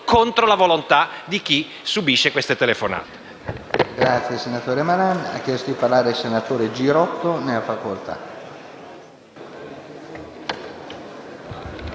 contro la volontà di chi subisce le telefonate.